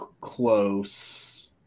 close